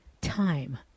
time